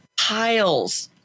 piles